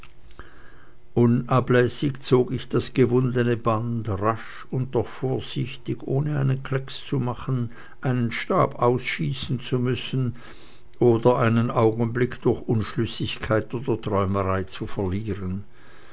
unablässig zog ich das gewundene band rasch und doch vorsichtig ohne einen klecks zu machen einen stab ausschießen zu müssen oder einen augenblick durch unschlüssigkeit oder träumerei zu verlieren